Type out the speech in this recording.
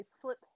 flip